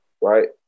right